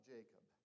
Jacob